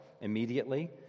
immediately